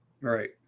Right